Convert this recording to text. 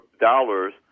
dollars